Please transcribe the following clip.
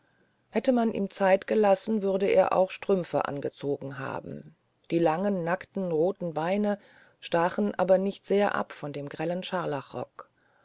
hätte man ihm zeit gelassen würde er auch strümpfe angezogen haben die langen nackten roten beine stachen aber nicht sehr ab von dem grellen scharlachrock